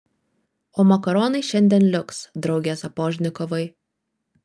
o makaronai šiandien liuks drauge sapožnikovai